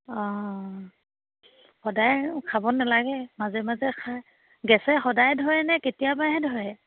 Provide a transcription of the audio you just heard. অঁ সদায় খাব নালাগে মাজে মাজে খাই গেছে সদায় ধৰে নে কেতিয়াবাহে ধৰে